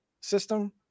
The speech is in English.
system